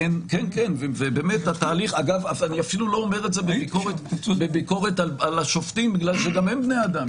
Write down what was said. אני אפילו לא אומר את זה בביקורת על השופטים בגלל שגם הם בני אדם,